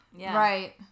Right